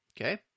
Okay